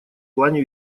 плане